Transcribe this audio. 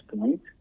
point